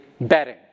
betting